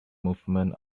movement